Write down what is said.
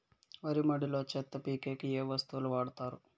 వరి మడిలో చెత్త పీకేకి ఏ వస్తువులు వాడుతారు?